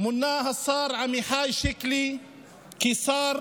מונה השר עמיחי שיקלי לשר